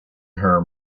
her